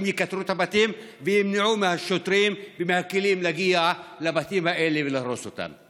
יכתרו את הבתים וימנעו מהשוטרים ומהכלים להגיע לבתים האלה ולהרוס אותם.